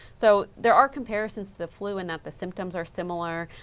so there are comparisons to the flu in that the symptoms are similar.